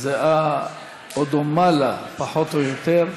זהה או דומה לה, פחות או יותר.